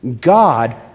God